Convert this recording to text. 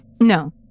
No